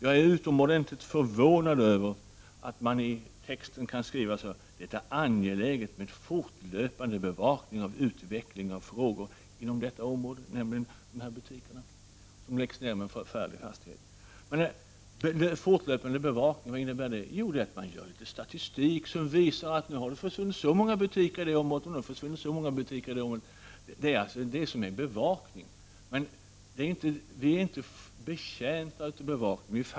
Jag är utomordentligt förvånad över att man i utskottstexten kan skriva att det är angeläget med fortlöpande bevakning och utveckling av frågor inom detta område — dvs. närbutikerna som läggs ned med en förfärlig hastighet. En fortlöpande bevakning, vad innebär det? Jo, att man gör litet statistik som visar att nu har det försvunnit så många butiker i det området och så många butiker i det området. Det är alltså detta som är bevakning. Men vi är inte betjänta av en bevakning.